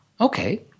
Okay